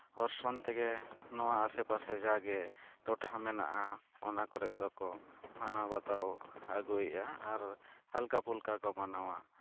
ᱚᱨᱥᱚᱝ ᱛᱮᱜᱮ ᱱᱚᱣᱟ ᱟᱥᱮᱯᱟᱥᱮ ᱡᱟᱜᱮ ᱴᱚᱴᱷᱟ ᱢᱮᱱᱟᱜᱼᱟ ᱚᱱᱟ ᱠᱚᱨᱮᱜ ᱫᱚ ᱠᱚ ᱢᱟᱱᱟᱣ ᱵᱟᱛᱟᱣ ᱟᱹᱜᱩᱭᱮᱜᱼᱟ ᱟᱨ ᱦᱟᱞᱠᱟ ᱯᱩᱞᱠᱟ ᱠᱚ ᱢᱟᱱᱟᱣᱟ